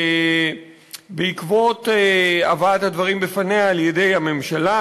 בעקבות הבאת הדברים בפניה על-ידי הממשלה,